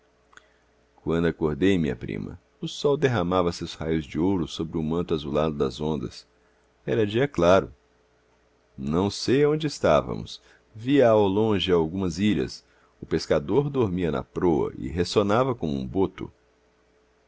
quando acordei minha prima o sol derramava seus raios de ouro sobre o manto azulado das ondas era dia claro não sei onde estávamos via ao longe algumas ilhas o pescador dormia na proa e ressonava como um boto